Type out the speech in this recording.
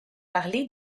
parlé